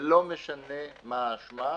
ולא משנה מה האשמה,